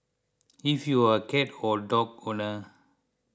if you are a cat or dog owner